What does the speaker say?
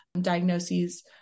diagnoses